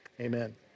amen